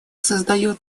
создает